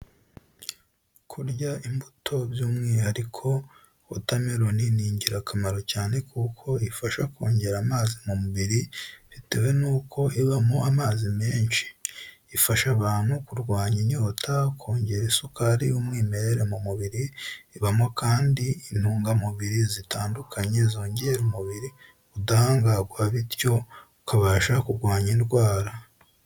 Kurya imbuto by'umwihariko wota meloni ni ingirakamaro cyane kuko ifasha kongera amazi mu mubiri bitewe n'uko ibamo amazi menshi, ifasha abantu kurwanya inyota, kongera isukari y'umwimerere mu mubiri, ibamo kandi intungamubiri zitandukanye zongerera umubiriri ubudahangarwa bityo ukabasha kurwanya indwara.